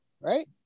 right